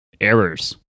errors